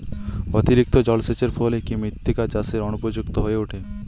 অতিরিক্ত জলসেচের ফলে কি মৃত্তিকা চাষের অনুপযুক্ত হয়ে ওঠে?